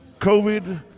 Covid